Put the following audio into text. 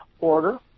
order